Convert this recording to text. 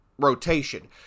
rotation